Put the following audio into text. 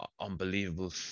Unbelievable